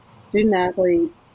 student-athletes